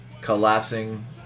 collapsing